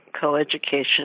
coeducation